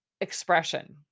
expression